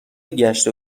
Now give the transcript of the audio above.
گشت